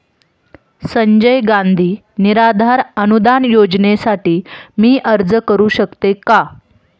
संजय गांधी निराधार अनुदान योजनेसाठी मी अर्ज करू शकते का?